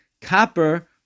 copper